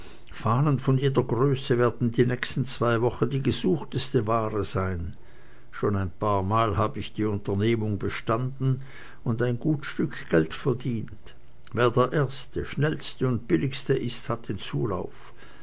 fahnen von jeder größe werden die nächsten zwei wochen die gesuchteste ware sein schon ein paarmal hab ich die unternehmung bestanden und ein gut stück geld verdient wer der erste schnellste und billigste ist hat den zulauf